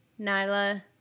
Nyla